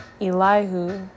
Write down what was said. Elihu